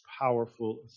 powerful